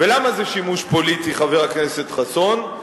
ולמה זה שימוש פוליטי, חבר הכנסת חסון?